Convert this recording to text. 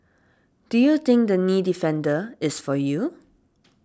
do you think the Knee Defender is for you